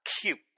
cute